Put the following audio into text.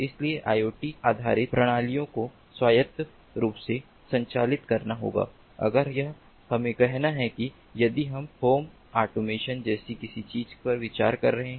इसलिए IoT आधारित प्रणालियों को स्वायत्त रूप से संचालित करना होगा अगर यह हमें कहना है कि यदि हम होम ऑटोमेशन जैसी किसी चीज पर विचार कर रहे हैं